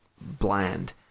bland